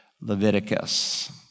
Leviticus